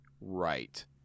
Right